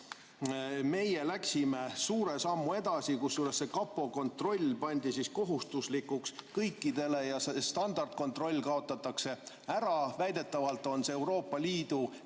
astusime me suure sammu edasi, kusjuures kapo kontroll tehti kohustuslikuks kõikidele ja standardkontroll kaotatakse ära. Väidetavalt on see Euroopa Liidu